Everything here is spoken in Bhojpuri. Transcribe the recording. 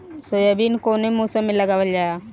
सोयाबीन कौने मौसम में लगावल जा?